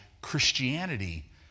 Christianity